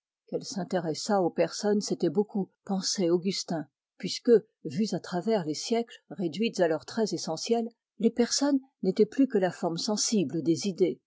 qu'elle s'intéressait aux personnes c'était beaucoup pensait augustin puisque vues à travers les siècles réduites à leurs traits essentiels les personnes n'étaient plus que la forme sensible des idées